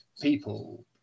people